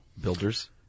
builders